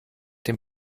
dem